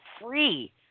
free